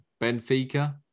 Benfica